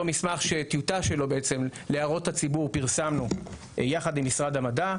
כבר פרסמנו טיוטה שלו להערות הציבור יחד עם משרד המדע,